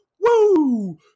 Woo